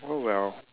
oh well